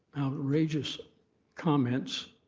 outragessous comments